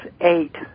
eight